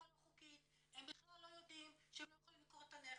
לא חוקית הם בכלל לא יודעים שהם לא יכולים למכור את הנכס.